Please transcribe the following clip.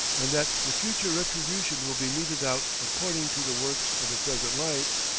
and that the future retribution will be meted out according to the works of the present life,